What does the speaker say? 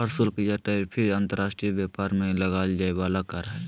प्रशुल्क या टैरिफ अंतर्राष्ट्रीय व्यापार में लगल जाय वला कर हइ